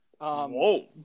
Whoa